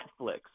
Netflix